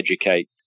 educate